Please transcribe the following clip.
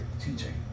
teaching